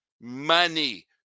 Money